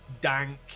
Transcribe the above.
dank